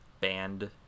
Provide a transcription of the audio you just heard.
band